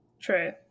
True